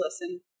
listen